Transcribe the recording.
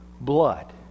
blood